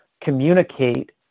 communicate